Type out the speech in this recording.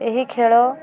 ଏହି ଖେଳ